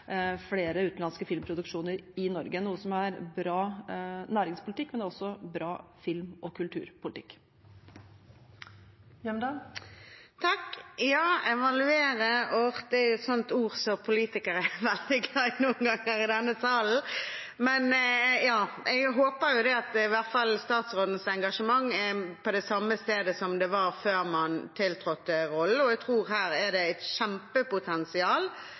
utenlandske filmproduksjoner i Norge, noe som er god næringspolitikk, men det er også god film- og kulturpolitikk. Evaluere – det er et sånt ord som politikere er veldig glad i noen ganger i denne salen. Men jeg håper jo at i hvert fall statsrådens engasjement er på det samme stedet som det var før hun tiltrådte rollen. Her er det et kjempepotensial